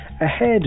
ahead